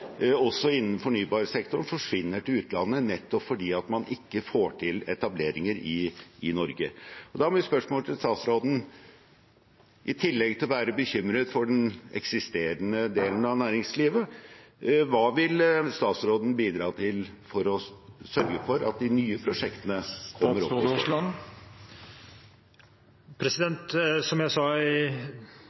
også innen fornybarsektoren forsvinner til utlandet fordi man ikke får til etableringer i Norge. Da er mitt spørsmål til statsråden: I tillegg til å være bekymret for den eksisterende delen av næringslivet, hva vil statsråden bidra til for å sørge for at de nye prosjektene kommer i gang? Tiden er ute. Som jeg sa i